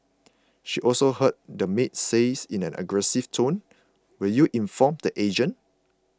she also heard the maid say in an aggressive tone will you inform the agent